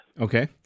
Okay